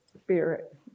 Spirit